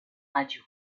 radio